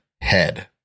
head